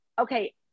okay